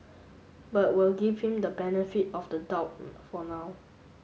but we'll give him the benefit of the doubt for now